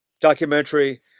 documentary